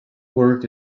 work